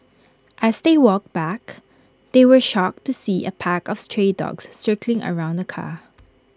as they walked back they were shocked to see A pack of stray dogs circling around the car